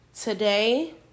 today